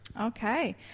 okay